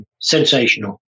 Sensational